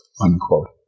unquote